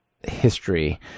history